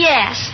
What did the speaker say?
Yes